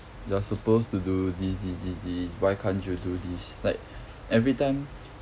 you're supposed to do this this this this why can't you do this like every time